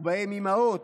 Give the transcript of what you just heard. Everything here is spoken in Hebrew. ובהם אימהות,